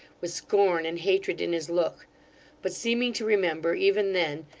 with scorn and hatred in his look but, seeming to remember, even then,